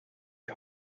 die